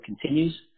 continues